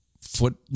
foot